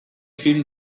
film